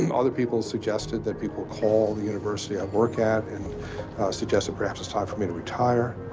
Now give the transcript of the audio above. um other people suggested that people call the university i work at and suggest that perhaps it's time for me to retire.